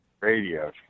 Radio